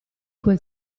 quel